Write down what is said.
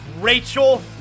Rachel